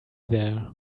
there